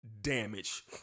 damage